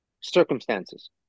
circumstances